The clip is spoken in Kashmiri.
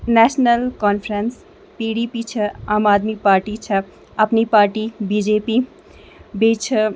national Conference P D P چھِ عام آدمی پارٹی چھِ Apni party B J P بیٚیہِ چھِ